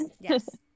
yes